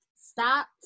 stop